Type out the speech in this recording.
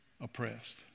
oppressed